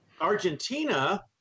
Argentina